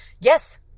Yes